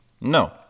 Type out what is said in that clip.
No